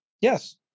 Yes